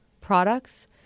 products